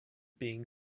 being